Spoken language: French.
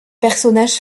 personnage